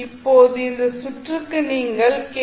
இப்போது இந்த சுற்றுக்கு நீங்கள் கே